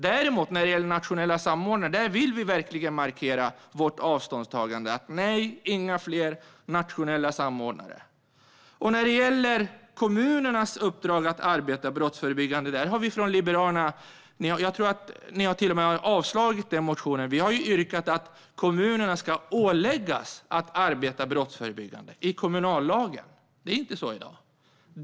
När det däremot gäller den nationella samordnaren vill vi verkligen markera vårt avståndstagande mot fler sådana. Beträffande kommunernas uppdrag att arbeta brottsförebyggande har vi i Liberalerna föreslagit att kommunerna i kommunallagen ska åläggas att arbeta brottsförebyggande. Så är det inte i dag.